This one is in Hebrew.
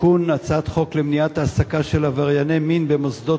הצעת חוק למניעת העסקה של עברייני מין במוסדות